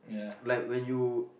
like when you